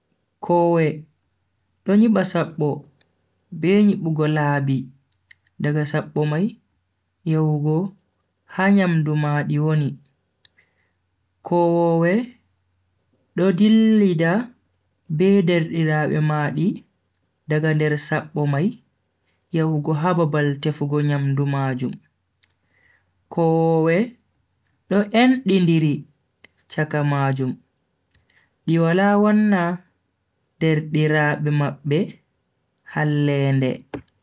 koowe do nyiba sabbo be nyibugo laabi daga sabbo mai yahugo ha nyuamdu maadi woni. kowoowe do dillida be derdiraabe maadi daga nder sabbo mai yahugo ha babal tefugo nyamdu majum. kowoowe do endindiri chaka majum di wala wanna derdiraabe mabbe hallende.